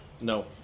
No